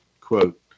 Quote